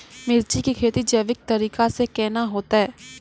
मिर्ची की खेती जैविक तरीका से के ना होते?